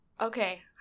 Okay